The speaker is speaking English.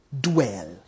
dwell